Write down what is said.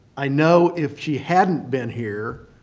i know if she hadn't been here,